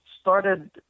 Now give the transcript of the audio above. started